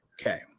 Okay